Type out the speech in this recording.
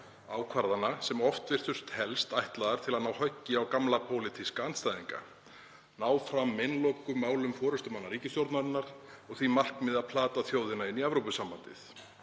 ákvarðana sem oft virtust helst ætlaðar til að koma höggi á gamla pólitíska andstæðinga, ná fram meinlokumálum forystumanna ríkisstjórnarinnar og því markmiði að plata þjóðina inn í Evrópusambandið.